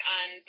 on